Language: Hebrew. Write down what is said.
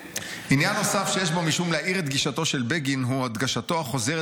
"עניין נוסף שיש בו משום להאיר את גישתו של בגין הוא הדגשתו החוזרת